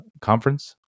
conference